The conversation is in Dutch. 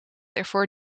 ervoor